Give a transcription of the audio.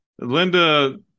Linda